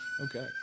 okay